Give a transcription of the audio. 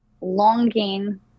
longing